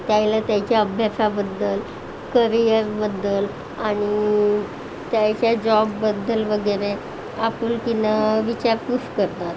त्याला त्याच्या अभ्यासाबद्दल करियरबद्दल आणि त्याच्या जॉबबद्दल वगैरे आपुलकीनं विचारपूस करतात